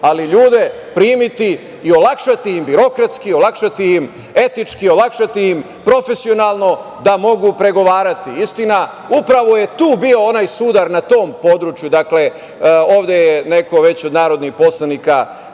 ali ljude primiti i olakšati im birokratski, olakšati im etički, olakšati im profesionalno da mogu pregovarati. Istina, upravo je bio onaj sudar na tom području, ovde je neko od narodnih poslanika,